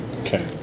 Okay